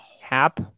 Hap